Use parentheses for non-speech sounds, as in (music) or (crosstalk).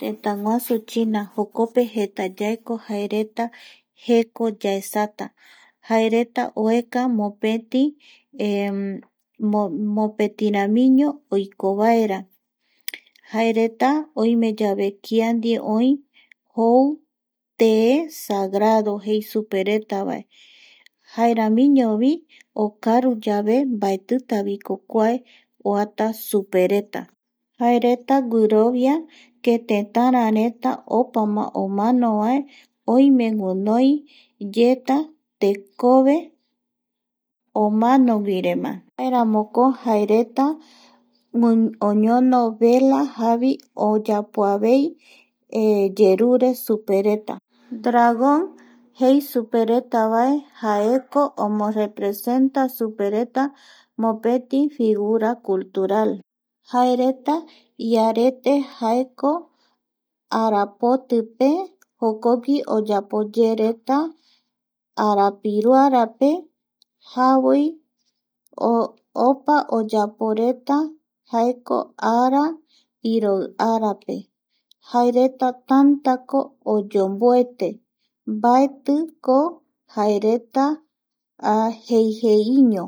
Tëtäguasu China jokope jaereta jeko yaesata jaereta oeka mopeti (hesitation) mopetiramiño oikovaera (noise) jaereta oimeyave kia ndie oi jou te sagrado jei supevaeretavae jaeramiñovi okaruyave mbaetitaviko kua oata supe jaereta guirovia que tetarareta opama omanovae oime guinoiyeta tekove omanoguimaeyae jaeramoko jaereta oñono vela jaema oyapoavei (hesitation) yerure supereta dragon jei superetavae jaeko (noise) omorepresenta supereta mopeti figura cultura jaereta iarete arapotipe jokogui oyaporeta arapiruarape javoi (hesitation) opa oyaporeta jaeko ara iroi arape jaereta tantako oyemboete mbaetiko jaereta jei jei iño